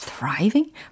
thriving